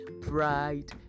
pride